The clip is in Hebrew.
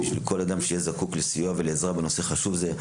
בשביל כל אדם שיהיה זקוק לסיוע ולעזרה בנושא חשוב זה,